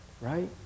Right